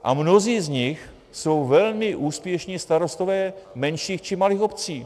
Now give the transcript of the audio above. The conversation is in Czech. A mnozí z nich jsou velmi úspěšní starostové menších či malých obcí.